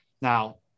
now